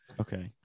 Okay